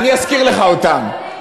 אני אזכיר לך אותם.